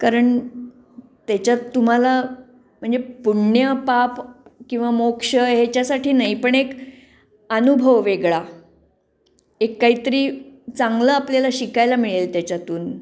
कारण त्याच्यात तुम्हाला म्हणजे पुण्य पाप किंवा मोक्ष ह्याच्यासाठी नाही पण एक अनुभव वेगळा एक काही तरी चांगलं आपल्याला शिकायला मिळेल त्याच्यातून